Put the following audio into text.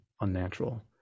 unnatural